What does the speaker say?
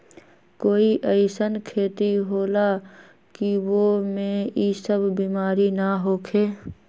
कोई अईसन खेती होला की वो में ई सब बीमारी न होखे?